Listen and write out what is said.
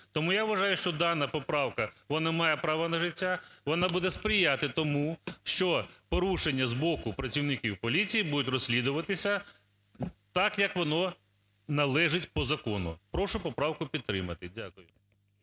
Тому я вважаю, що дана поправка вона має право на життя, вона буде сприяти тому, що порушення з боку працівників поліції будуть розслідуватися так, як воно належить по закону. Прошу поправку підтримати. Дякую.